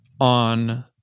on